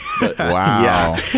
Wow